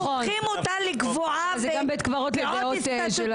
נכון, זה גם בית קברות לדעות שלנו.